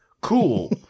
cool